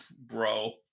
Bro